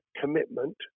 commitment